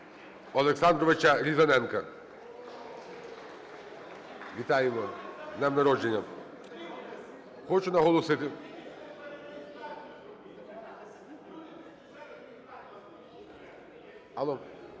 Олександровича Різаненка. Вітаємо з днем народження! Хочу наголосити… (Шум